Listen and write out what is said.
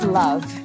love